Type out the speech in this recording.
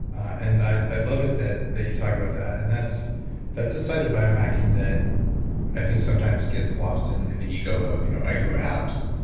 and i i love it that that you talk about that. and that's that's the side of biohacking that i think sometimes gets lost in in the ego of you know i grew abs